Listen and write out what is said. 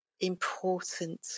important